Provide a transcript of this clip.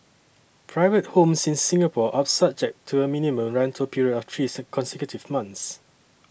private homes in Singapore are subject to a minimum rental period of three consecutive months